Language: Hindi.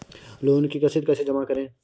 लोन की किश्त कैसे जमा करें?